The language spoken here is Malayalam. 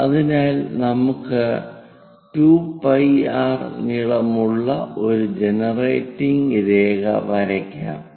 അതിനാൽ നമുക്ക് 2πr നീളമുള്ള ഒരു ജനറേറ്റിംഗ് രേഖ വരയ്ക്കാം